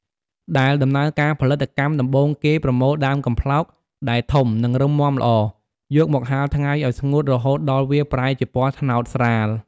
ដែលដំណើរការផលិតកម្ម ដំបូងគេប្រមូលដើមកំប្លោកដែលធំ និងរឹងមាំល្អ យកមកហាលថ្ងៃឲ្យស្ងួតរហូតដល់វាប្រែជាពណ៌ត្នោតស្រាល។